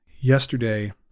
yesterday